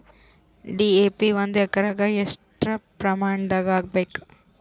DAP ಒಂದು ಎಕರಿಗ ಎಷ್ಟ ಪ್ರಮಾಣದಾಗ ಹಾಕಬೇಕು?